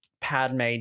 Padme